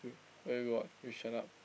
where got you shut up